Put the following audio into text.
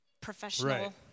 professional